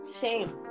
shame